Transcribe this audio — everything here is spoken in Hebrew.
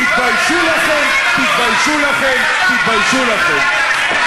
תחרות שבה לוקחים חלק עשרות רבות של בתי-ספר